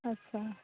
अच्छा